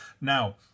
Now